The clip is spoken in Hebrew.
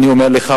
אני אומר לך,